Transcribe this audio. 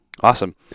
Awesome